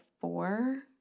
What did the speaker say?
four